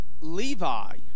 Levi